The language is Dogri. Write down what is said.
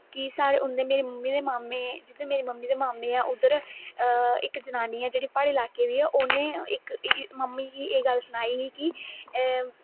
कि साढ़े मेरे मम्मी दे मामे जिद्धर मेरी मम्मी दे मामे एह् उद्धर इक जनानी ऐ जेहड़ी प्हाड़ी इलाके दी उंनें इक मम्मी दी इक गल्ल सनाई ही कि एह्